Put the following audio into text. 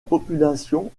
population